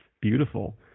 beautiful